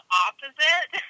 opposite